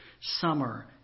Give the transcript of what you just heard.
summer